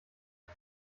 der